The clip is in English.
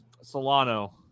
Solano